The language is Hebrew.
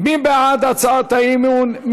מי בעד הצעת האי-אמון?